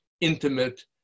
intimate